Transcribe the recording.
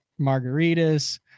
margaritas